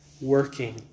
working